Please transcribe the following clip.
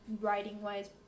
writing-wise